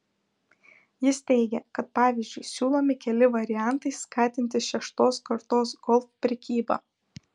jis teigia kad pavyzdžiui siūlomi keli variantai skatinti šeštos kartos golf prekybą